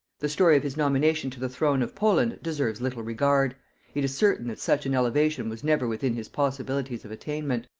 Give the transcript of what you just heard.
the story of his nomination to the throne of poland deserves little regard it is certain that such an elevation was never within his possibilities of attainment.